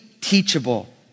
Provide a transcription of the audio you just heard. teachable